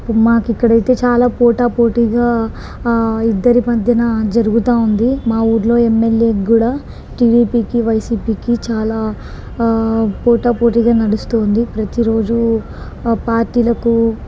మాకు ఇక్కడైతే చాలా పోటా పోటీగా ఇద్దరి మధ్యన జరుగుతూ ఉంది మా ఊర్లో ఎమ్మెల్యేక్కూడా టీడీపీకి వైసీపీకి చాలా పోటా పోటీగా నడుస్తూ ఉంది ప్రతిరోజు పార్టీలకు